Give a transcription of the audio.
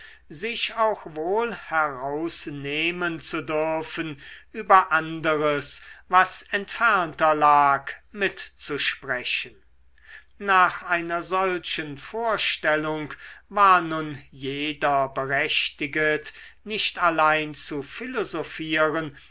sich auch wohl herausnehmen zu dürfen über anderes was entfernter lag mitzusprechen nach einer solchen vorstellung war nun jeder berechtiget nicht allein zu philosophieren